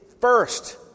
first